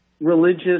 religious